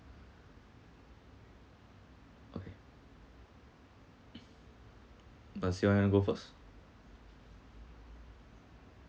okay but sean you want to go first